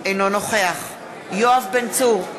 אינו נוכח יואב בן צור,